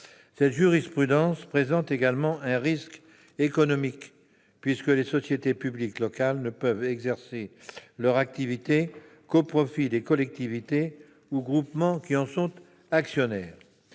Cette jurisprudence présente également un risque économique, puisque les sociétés publiques locales ne peuvent exercer leur activité qu'au profit des collectivités ou groupements qui en sont actionnaires.